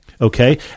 Okay